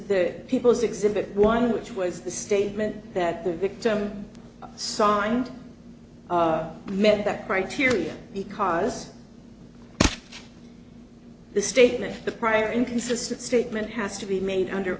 the people's exhibit one which was the statement that the victim signed met that criteria because the statement the prior inconsistent statement has to be made under